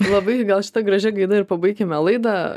labai gal šita gražia gaida ir pabaikime laidą